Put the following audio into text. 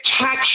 tax